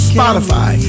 Spotify